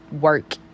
work